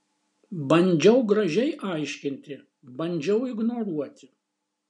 bandžiau gražiai aiškinti bandžiau ignoruoti